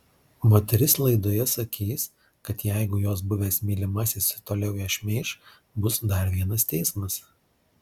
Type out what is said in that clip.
moteris laidoje sakys kad jeigu jos buvęs mylimasis ir toliau ją šmeiš bus dar vienas teismas